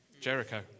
Jericho